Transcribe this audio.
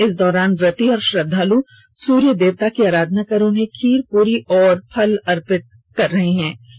इस दौरान व्रती और श्रद्धालु सूर्य देवता की अराधना कर उन्हें खीर पूरी और फल अर्पित करेंगे